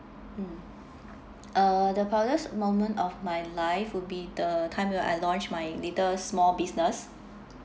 mm uh the proudest moment of my life would be the time where I launch my little small business